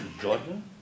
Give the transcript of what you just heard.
Jordan